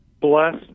bless